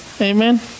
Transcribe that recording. Amen